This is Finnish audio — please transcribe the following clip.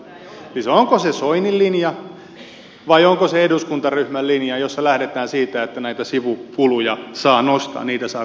siis onko se soinin linja vai onko se eduskuntaryhmän linja jossa lähdetään siitä että näitä sivukuluja saa nostaa niitä saa korottaa